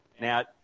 Now